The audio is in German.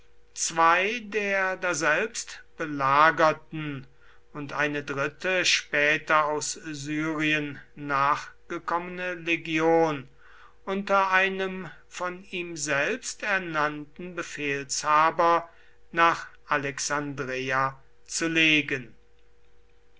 zwei der daselbst belagerten und eine dritte später aus syrien nachgekommene legion unter einem von ihm selbst ernannten befehlshaber nach alexandreia zu legen